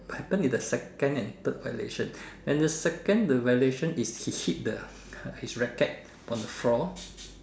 happened in the second and third violation and the second the violation is he hit the uh his racket on the floor